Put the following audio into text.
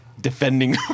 defending